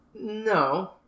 No